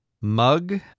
mug